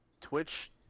Twitch